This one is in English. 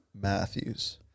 Matthews